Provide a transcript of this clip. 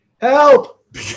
help